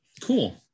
cool